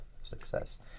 success